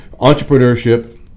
entrepreneurship